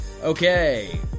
Okay